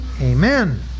Amen